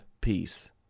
peace